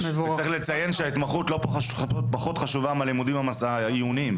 צריך לציין שההתמחות לא פחות חשובה מהלימודים העיוניים.